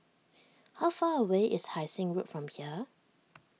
how far away is Hai Sing Road from here